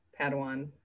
Padawan